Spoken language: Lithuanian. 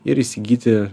ir įsigyti